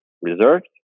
reserved